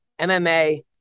MMA